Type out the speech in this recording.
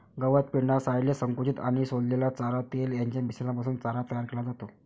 गवत, पेंढा, सायलेज, संकुचित आणि सोललेला चारा, तेल यांच्या मिश्रणापासून चारा तयार केला जातो